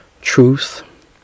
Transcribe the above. truth